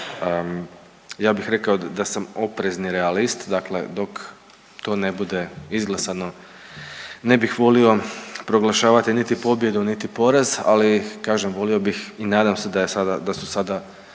ja bih rekao da sam oprezni realist, dakle dok to ne bude izglasano ne bih volio proglašavati niti pobjedu, niti poraz, ali kažem volio bih i nadam se da je sada,